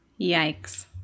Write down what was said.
Yikes